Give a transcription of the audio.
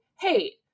hey